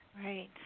Right